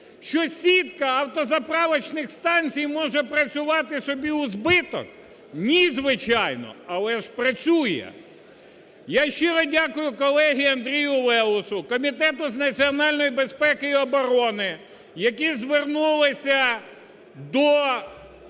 що сітка автозаправочних станцій може працювати собі у збиток? Ні, звичайно, але ж працює. Я щиро дякую колезі Андрію Левусу, Комітету з національної безпеки і оборони, які звернулися до